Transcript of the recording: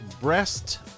breast